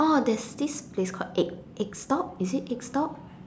oh there's there's this place for egg Egg stop is it egg stop